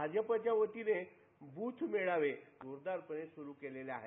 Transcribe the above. भाजपच्या वतीनं ब्रथ मेळावे जोदारपणे स्रु केलेले आहेत